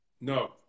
No